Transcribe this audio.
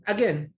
Again